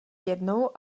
jednou